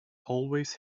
always